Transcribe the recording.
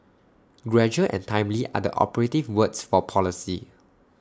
gradual and timely are the operative words for policy